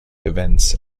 events